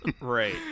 Right